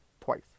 twice